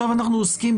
נמשיך במצגת.